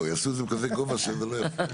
לא, יעשו את זה בכזה גובה שזה לא יפריע.